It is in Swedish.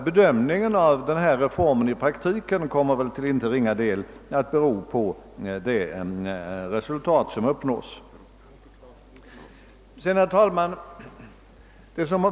Bedömningen av den reform som vi nu behandlar kommer till inte ringa del att bero på de resultat som därvidlag uppnås. Herr talman!